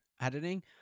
editing